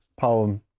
poem